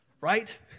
Right